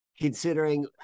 Considering